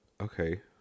Okay